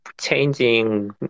changing